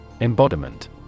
Embodiment